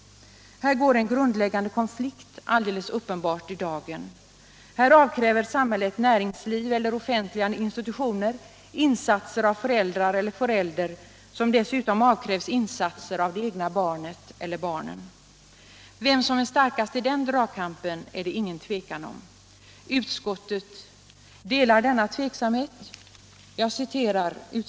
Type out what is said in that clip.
Här går en grundläggande konflikt alldeles uppenbart i dagen. Samhället kräver insatser av föräldrarna i näringslivet eller i offentliga institutioner, samtidigt som föräldrarna avkrävs insatser av de egna barnen. Vem som är starkast i den dragkampen är det ingen tvekan om. Utskottet delar också den tveksamhet som redovisats när det gäller frågan om barnomsorg på obekväm arbetstid.